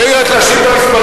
תן לי רק להשלים את המספרים.